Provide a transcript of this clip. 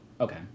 Okay